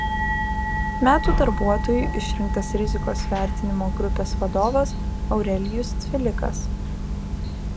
metų darbuotoju išrinktas rizikos vertinimo grupės vadovas aurelijus cvilikas